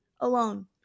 Alone